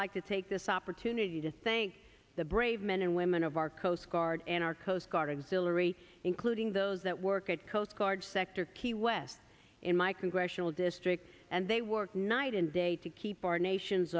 like to take this opportunity to thank the brave men and women of our coast guard and our coast guard auxiliary including those that work at coast guard sector key west in my congressional district and they work night and day to keep our nation